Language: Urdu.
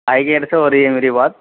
آئی ویئر سے ہو رہی ہے میری بات